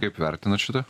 kaip vertinat šitą